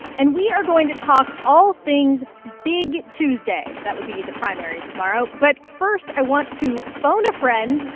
and we are going to talk all things big tuesday. that would be the primaries tomorrow. but first, i want to phone a friend,